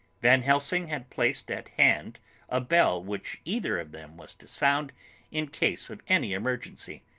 van helsing had placed at hand a bell which either of them was to sound in case of any emergency.